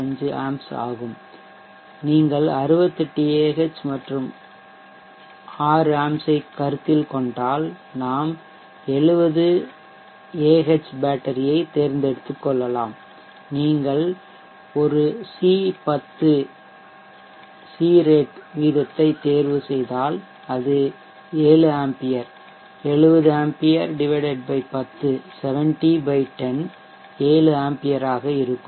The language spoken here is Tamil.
65 A ஆகும் நீங்கள் 68 Ah மற்றும் 6A ஐக் கருத்தில் கொண்டால் நாம் 70Ah பேட்டரியை எடுத்துக்கொள்ளலாம் நீங்கள் ஒரு C10 வீதத்தைத் தேர்வுசெய்தால் அது 7A 70A 10 7A ஆக இருக்கும்